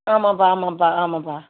ஆமாப்பா ஆமாப்பா ஆமாப்பா